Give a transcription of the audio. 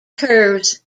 curves